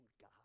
God